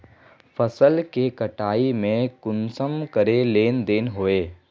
फसल के कटाई में कुंसम करे लेन देन होए?